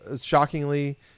Shockingly